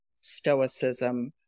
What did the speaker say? Stoicism